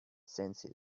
sensed